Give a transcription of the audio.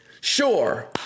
Sure